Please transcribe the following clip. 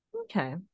Okay